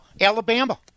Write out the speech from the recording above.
Alabama